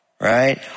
right